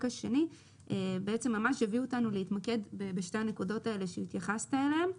השני הביאו אותנו להתמקד בשתי הנקודות האלה שהתייחסת אליהן.